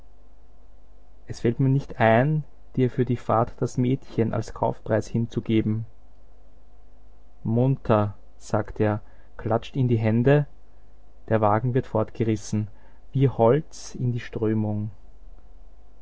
es fällt mir nicht ein dir für die fahrt das mädchen als kaufpreis hinzugeben munter sagt er klatscht in die hände der wagen wird fortgerissen wie holz in die strömung